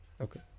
Okay